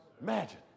Imagine